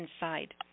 inside